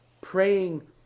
praying